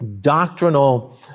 doctrinal